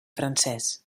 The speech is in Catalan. francès